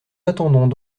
attendons